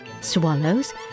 swallows